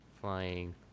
flying